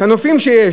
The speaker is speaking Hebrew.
רואים את הנופים שיש,